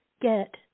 get